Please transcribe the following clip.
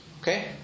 Okay